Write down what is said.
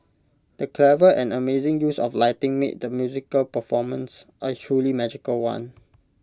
the clever and amazing use of lighting made the musical performance A truly magical one